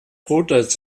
bruder